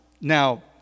Now